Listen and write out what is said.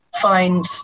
find